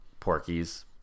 porkies